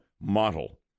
model